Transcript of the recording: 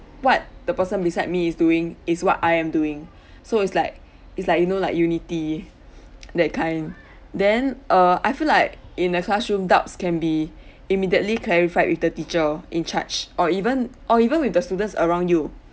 what the person beside me is doing is what I am doing so it's like is like you know like unity that kind then err I feel like in a classroom doubts can be immediately clarified with the teacher in charge or even or even with the students around you